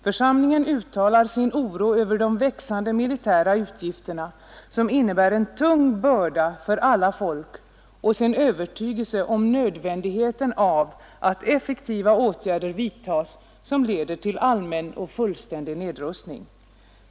Församlingen uttalar sin oro över de växande militära utgifterna, som innebär en tung börda för alla folk, och sin övertygelse om nödvändigheten av att effektiva åtgärder vidtas som leder till allmän och fullständig nedrustning.